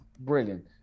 Brilliant